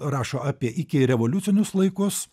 rašo apie ikirevoliucinius laikus